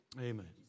Amen